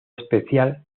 especial